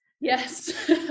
Yes